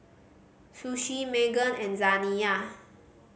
Suzie Meghann and Zaniyah